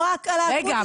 אז רגע,